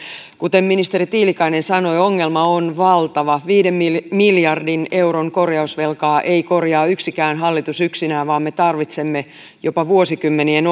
kuten ministeri tiilikainen sanoi ongelma on valtava viiden miljardin euron korjausvelkaa ei korjaa yksikään hallitus yksinään vaan me tarvitsemme jopa vuosikymmenien